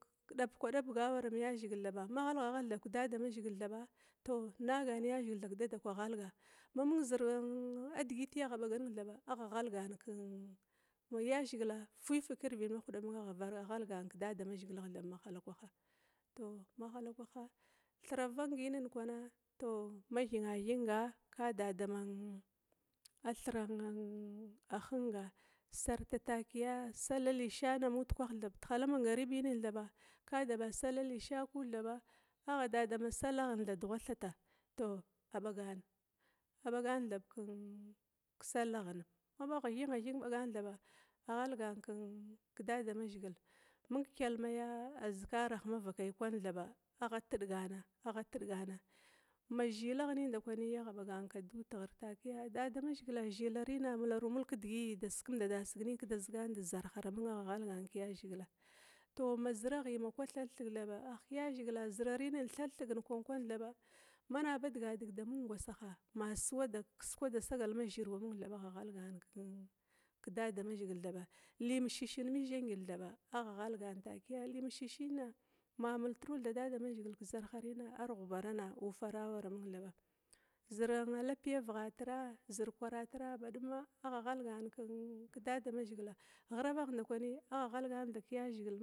Dabkwa dabga awaram dam azhigil-thaba tou ma ghalgha ghalg kedadamzhil thaba nagana dadamazhigil kedadakwa ghagan, mamaun nidiyiti agha bagan thaba agha ghalgana takia yazhigila fuwigif kirvid ma huda awaramung kidamazhi gila agha nanaga ghalgana ke dadamazhigilagh thaba, tou mahalakwaha thira vangi in kwana ma thina thing ka da dama thira hung sarfa takia da dama sallah lisha amud kulah thaba tehala mangariba ka da dadama salla lisha thab kuda thaba agha da dama sallah dugha thata tou agha bagana a bagana thab kesallaghina, ma thinghating bagana thaba, a ghalgan kidamazhigil thaba, mung kyalma ya azkaragh thaba, a tidigana, agha tidigana, ma zhilagh nin ndakwir agha bagana kadua takia dadamzhigila zhilrina magha mularu dedigititi da sikumdada sif nin kidiq, kumda zugu zig dezarhara, tau ma ziraghi thalthiga thaba ahk yazhigila zirarina thalthigi thab mana digadig dama ngwasaha ma skwada ma zhuruwa amung kedadamazhigil thaba limishishina mizhagil kina magha multru thab dadamazhigila ar ghubarna ufara awaramung, zir lapiya vighatira, zir kwaratira badum a tagar kedadamazhigila aghalga kidamazhigila, ghiravagha ndakwi agha ghalga kidamazhigila.